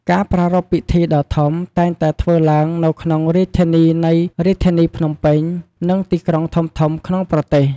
ការប្រារព្ធពិធីដ៏ធំតែងតែធ្វើឡើងនៅក្នុងរាជធានីនៃរាជធានីភ្នំពេញ និងទីក្រុងធំៗក្នុងប្រទេស។